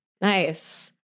Nice